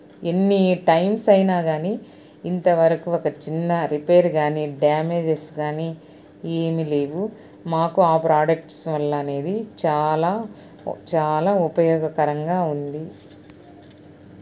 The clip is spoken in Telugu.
ఎన్ని టైమ్స్ అయినా కాని ఇంతవరకు ఒక చిన్న రిపేర్ కాని డ్యామేజెస్ కాని ఏమీ లేవు మాకు ఆ ప్రోడక్ట్స్ వల్లనేది చాలా చాలా ఉపయోగకరంగా ఉంది